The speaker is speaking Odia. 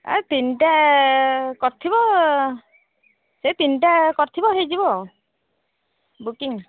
ଆଉ ତିନିଟା କରିଥିବ ସେ ତିନିଟା କରିଥିବ ହେଇଯିବ ଆଉ ବୁକିଂ